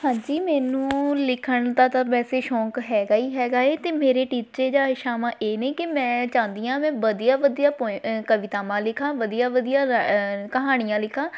ਹਾਂਜੀ ਮੈਨੂੰ ਲਿਖਣ ਦਾ ਤਾਂ ਵੈਸੇ ਸ਼ੌਂਕ ਹੈਗਾ ਹੀ ਹੈਗਾ ਏ ਅਤੇ ਮੇਰੇ ਟੀਚੇ ਜਾਂ ਇਛਾਵਾਂ ਇਹ ਨਹੀਂ ਕਿ ਮੈਂ ਚਾਹੁੰਦੀ ਹਾਂ ਮੈਂ ਵਧੀਆ ਵਧੀਆ ਪੋਈ ਕਵਿਤਾਵਾਂ ਲਿਖਾਂ ਵਧੀਆ ਵਧੀਆ ਕਹਾਣੀਆਂ ਲਿਖਾਂ